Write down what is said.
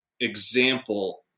example